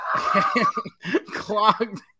Clogged